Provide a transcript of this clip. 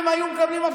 אם נסעת לחו"ל,